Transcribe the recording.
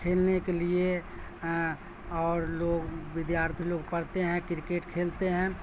کھیلنے کے لیے اور لوگ ودیارتھی لوگ پڑھتے ہیں کرکٹ کھیلتے ہیں